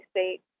State